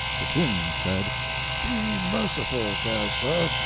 the king said be merciful, fair sir,